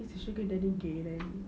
he's a sugar daddy gay then